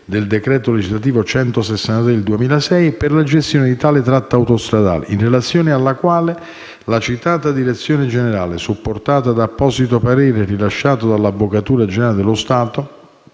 del decreto legislativo n. 163 del 2006 per la gestione di tale tratta autostradale, in relazione alla quale la citata direzione generale, supportata da apposito parere rilasciato dall'Avvocatura generale dello Stato,